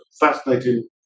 fascinating